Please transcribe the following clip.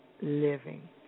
living